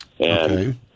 Okay